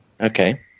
Okay